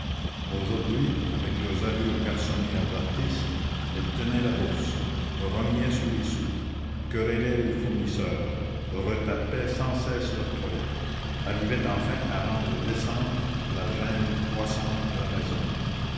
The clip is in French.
aujourd'hui avec leurs allures garçonnières d'artistes elles tenaient la bourse rognaient sur les sous querellaient les fournisseurs retapaient sans cesse leurs toilettes arrivaient enfin à rendre décente la gêne croissante de la maison